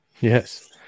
yes